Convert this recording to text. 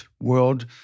world